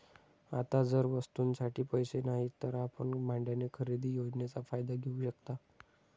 आता जर वस्तूंसाठी पैसे नाहीत तर आपण भाड्याने खरेदी योजनेचा फायदा घेऊ शकता